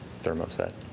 thermoset